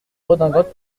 redingote